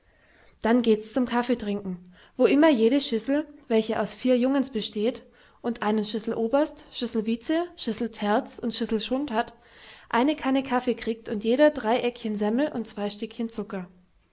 dann gehts zum kaffetrinken wo immer jede schissel welche aus vier jungens besteht und einen schisseloberst schisselvice schisselterz und schisselschund hat eine kanne kaffe krigt und jeder drei eckchen semmel und zwei stikchen zucker